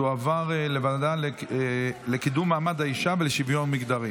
לוועדה לקידום מעמד האישה ולשוויון מגדרי